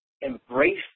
embrace